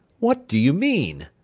what do you mean?